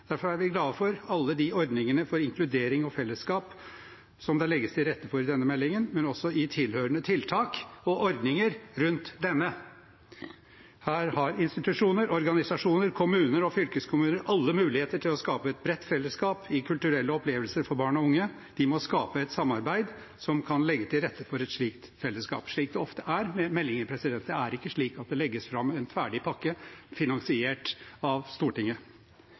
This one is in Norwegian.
Derfor er vi glad for alle de ordningene for inkludering og fellesskap som det legges til rette for i denne meldingen, men også i tilhørende tiltak og ordninger rundt denne. Her har institusjoner, organisasjoner, kommuner og fylkeskommuner alle muligheter til å skape et bredt fellesskap i kulturelle opplevelser for barn og unge. De må skape et samarbeid som kan legge til rette for et slikt fellesskap. Det er slik det ofte er med meldinger – det er ikke slik at det legges fram en ferdig pakke, finansiert av Stortinget.